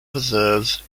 preserves